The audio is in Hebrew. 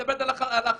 תודה.